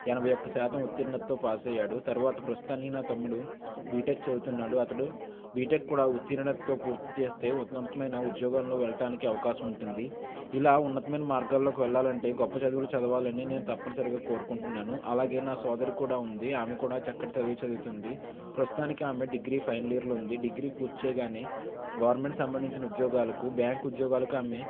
ఎనభై ఒక్క శాతం ఉత్తీర్ణతతో పాస్ అయ్యాడు తర్వాత ప్రస్తుతానికి నా తమ్ముడు బీటెక్ చదువుతున్నాడు అతడు బీటెక్ కూడా ఉత్తీర్ణతతో పూర్తి చేస్తే ఉత్పత్తమైన ఉద్యోగంలో వెళ్ళడానికి అవకాశం ఉంటుంది ఇలా ఉన్నతమైన మార్గాల్లోకి వెళ్ళాలంటే గొప్ప చదువులు చదవాలని నేను తప్పనిసరిగా కోరుకుంటున్నాను అలాగే నా సోదరి కూడా ఉంది ఆమె కూడా చక్కటి చదువు చదువుతుంది ప్రస్తుతానికి ఆమె డిగ్రీ ఫైనల్ ఇయర్లో ఉంది డిగ్రీ పూర్తి చేయగానే గవర్నమెంట్ సంబంధించిన ఉద్యోగాలకు బ్యాంకు ఉద్యోగాలకు ఆమె